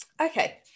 Okay